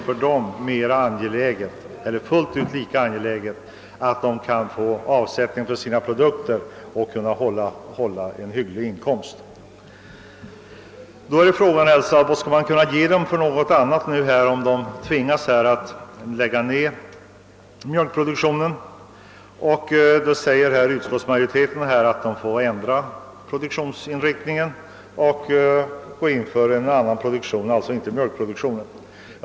För dem är det fullt ut lika angeläget att kunna få avsättning för sina produkter så att de kan nå en hygglig inkomst. Frågan är då vad de skall kunna göra om de tvingas lägga ned mjölkproduktionen. Utskottet framhåller att de bör ändra produktionsinriktningen och gå in för en annan produktion, alltså inte mjölk.